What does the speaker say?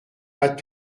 pas